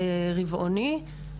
רבעוני,